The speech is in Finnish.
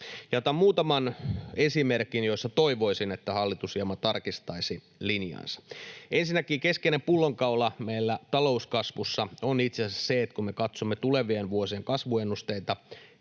Otan muutaman esimerkin, joissa toivoisin, että hallitus hieman tarkistaisi linjaansa. Ensinnäkin keskeinen pullonkaula meillä talouskasvussa on itse asiassa se, että kun me katsomme tulevien vuosien kasvuennusteita